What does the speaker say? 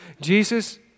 Jesus